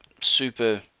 super